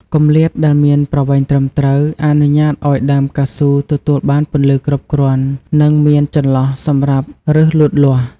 គម្លាតដែលមានប្រវែងត្រឹមត្រូវ អនុញ្ញាតឱ្យដើមកៅស៊ូទទួលបានពន្លឺគ្រប់គ្រាន់ និងមានចន្លោះសម្រាប់ឬសលូតលាស់។